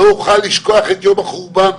לא אוכל לשכוח את יום החורבן,